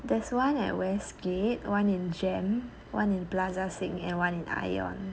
there's one at westgate one in jem one in plaza sing and one in ion